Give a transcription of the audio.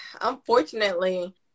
unfortunately